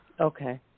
Okay